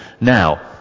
Now